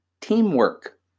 Teamwork